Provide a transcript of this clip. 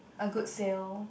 a good sale